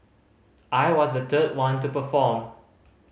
I was the third one to perform